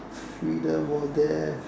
freedom or death